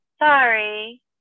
Sorry